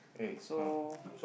so